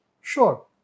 sure